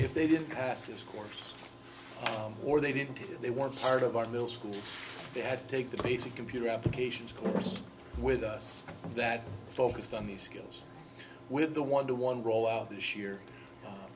if they didn't pass this course or they didn't they weren't part of our middle school so they had to take the basic computer applications course with us that focused on the skills with the one to one roll out this year